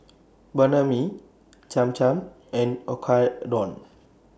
Banh MI Cham Cham and Oyakodon